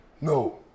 no